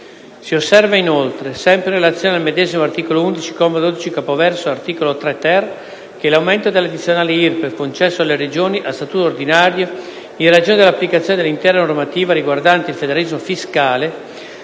si osserva, inoltre, sempre in relazione al medesimo articolo 11, comma 12, capoverso «Art. 3-ter», che l’aumento dell’addizionale IRPEF, concesso alle Regioni a statuto ordinario in ragione dell’applicazione dell’intera normativa riguardante il federalismo fiscale,